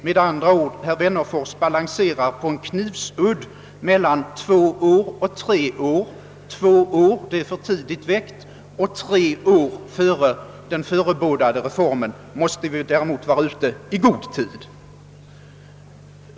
Med andra ord: herr Wennerfors balanserar på en knivsudd mellan två och tre år. Två år innan är frågan för tidigt väckt och tre år före den förebådade reformen måste vi däremot vara ute i god tid.